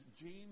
James